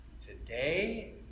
Today